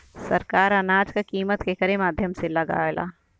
सरकार अनाज क कीमत केकरे माध्यम से लगावे ले?